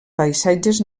paisatges